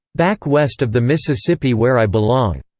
back west of the mississippi where i belong,